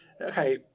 okay